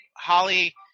Holly